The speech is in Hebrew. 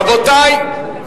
רבותי,